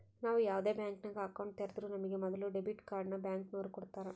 ನಾವು ಯಾವ್ದೇ ಬ್ಯಾಂಕಿನಾಗ ಅಕೌಂಟ್ ತೆರುದ್ರೂ ನಮಿಗೆ ಮೊದುಲು ಡೆಬಿಟ್ ಕಾರ್ಡ್ನ ಬ್ಯಾಂಕಿನೋರು ಕೊಡ್ತಾರ